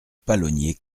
palonnier